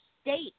state